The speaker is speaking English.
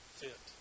fit